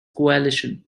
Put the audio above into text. coalition